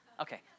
Okay